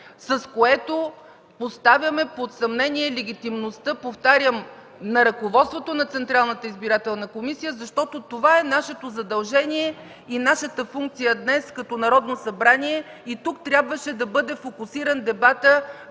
с което поставяме под съмнение легитимността, повтарям, на ръководството на Централната избирателна комисия, защото това е нашето задължение и нашата функция днес като Народно събрание и тук трябваше да бъде фокусиран дебатът